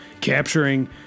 capturing